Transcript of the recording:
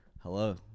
Hello